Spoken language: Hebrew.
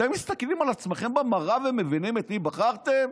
אתם מסתכלים על עצמכם במראה ומבינים את מי בחרתם?